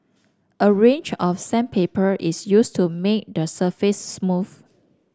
a range of sandpaper is used to make the surface smooth